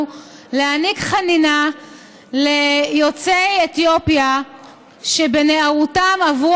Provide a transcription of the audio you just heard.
להעניק חנינה ליוצאי אתיופיה שבנערותם עברו